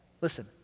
listen